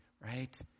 right